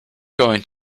going